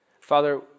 Father